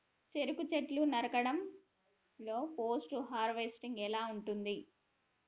చెరుకు చెట్లు నరకడం లో పోస్ట్ హార్వెస్టింగ్ ఎలా ఉంటది?